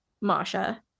Masha